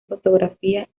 fotografía